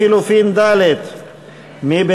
אנחנו